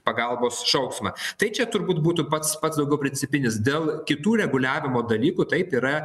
pagalbos šauksmą tai čia turbūt būtų pats pats daugiau principinis dėl kitų reguliavimo dalykų taip yra